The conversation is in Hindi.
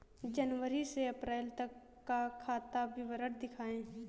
जनवरी से अप्रैल तक का खाता विवरण दिखाए?